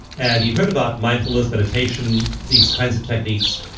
and he'd heard about mindfulness, meditation, these kinds of techniques,